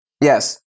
yes